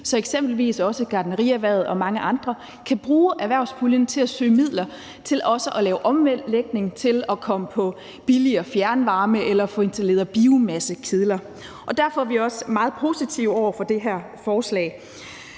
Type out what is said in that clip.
så eksempelvis også gartnerierhvervet og mange andre kan bruge erhvervspuljen til at søge midler til også at lave omlægning, til at komme på billigere fjernvarme eller få installeret biomassekedler. Derfor er vi også meget positive over for det her forslag.